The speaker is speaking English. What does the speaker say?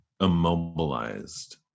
immobilized